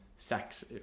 sex